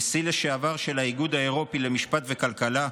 נשיא לשעבר של האיגוד האירופי למשפט וכלכלה,